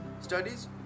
studies